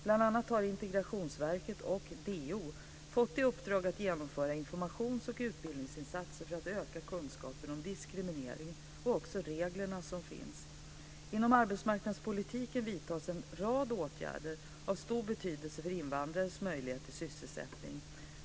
Bland annat har Integrationsverket och DO fått i uppdrag att genomföra informations och utbildningsinsatser för att öka kunskapen om diskriminering och de regler som finns. Inom arbetsmarknadspolitiken vidtas en rad åtgärder av stor betydelse för invandrares möjlighet till sysselsättning.